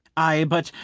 ay, but,